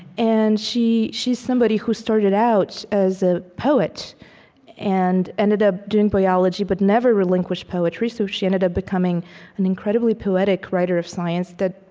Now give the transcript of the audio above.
and she's somebody who started out as a poet and ended up doing biology, but never relinquished poetry, so she ended up becoming an incredibly poetic writer of science that,